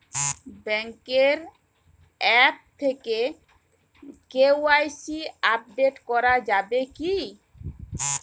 ব্যাঙ্কের আ্যপ থেকে KYC update করা যায় কি?